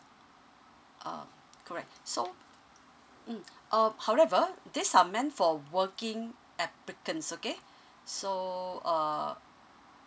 uh correct so mm um however this are meant for working applicants okay so uh